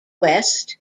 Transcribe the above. west